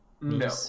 no